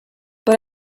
but